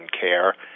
care